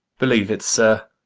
believe it, sir,